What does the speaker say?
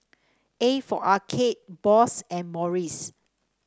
A for Arcade Bose and Morries